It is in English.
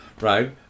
right